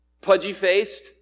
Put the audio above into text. pudgy-faced